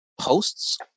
posts